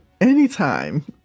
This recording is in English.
anytime